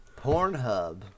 Pornhub